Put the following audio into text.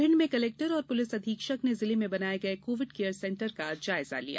भिंड में कलेक्टर एवं पुलिस अधीक्षक ने जिले में बनाए गए कोविड केयर सेंटर्स का जायजा लिया